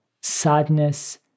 sadness